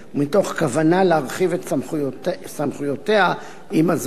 ומתוך כוונה להרחיב את סמכויותיה עם הזמן.